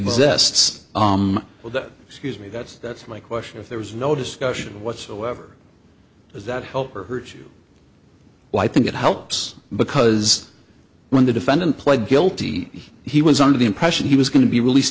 exists well that excuse me that's that's my question if there was no discussion whatsoever does that help or hurt you well i think it helps because when the defendant pled guilty he was under the impression he was going to be released